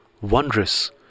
wondrous